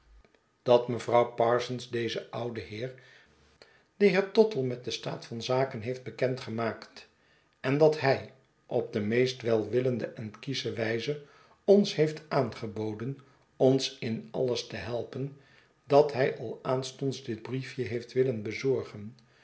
dat mevrouw parsons dezen ouden heer den heer tottle met den staat van zaken heeft bekend gemaakt en dat hij op de meest welwillende en kiesche wijze ons heeft aangeboden ons in alles te helpen dat hij al aanstonds dit briefje heeft willen bezorgen